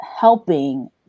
helping